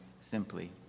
simply